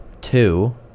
two